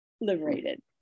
liberated